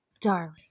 darling